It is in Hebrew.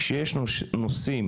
כשיש נושאים